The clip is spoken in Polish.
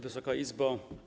Wysoka Izbo!